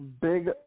big